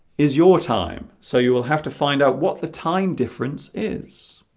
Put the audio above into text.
is your time so you will have to find out what the time difference is